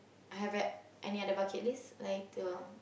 have right any other bucket list like to